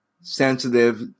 sensitive